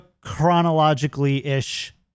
chronologically-ish